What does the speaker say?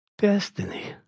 Destiny